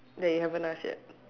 that you haven't ask yet